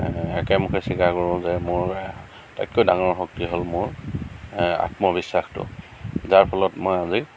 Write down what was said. একেমুখে স্বীকাৰ কৰোঁ যে মোৰ আটাইতকৈ ডাঙৰ শক্তি হ'ল মোৰ আত্মবিশ্বাসটো যাৰ ফলত মই